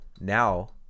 now